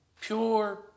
Pure